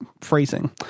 phrasing